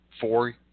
four